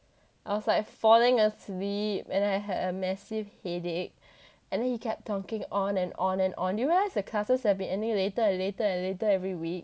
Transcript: I was like falling asleep and I had a massive headache and then he kept talking on and on and on do you you realise the classes have been ending later and later and later every week